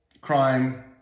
crime